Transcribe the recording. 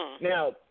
Now